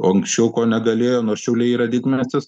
o anksčiau ko negalėjo nors šiauliai yra didmiestis